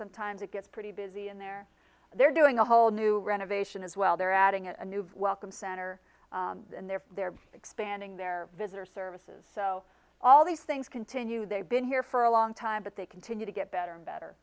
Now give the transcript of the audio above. sometimes it gets pretty busy and they're they're doing a whole new renovation as well they're adding a new welcome center and they're they're expanding their visitor services so all these things continue they've been here for a long time but they continue to get better better